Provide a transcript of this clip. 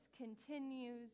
continues